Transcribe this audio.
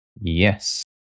Yes